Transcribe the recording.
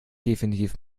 definitiv